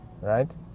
Right